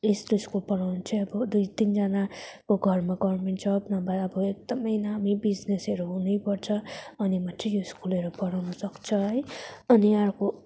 यस्तो स्कुल पढाउनु चाहिँ अब दुई तिनजनाको घरमा गभर्नमेन्ट जब नभए अब एकदमै नामी बिजनेसहरू हुनै पर्छ अनि मात्रै यो स्कुलहरू पढाउनु सक्छ है अनि अर्को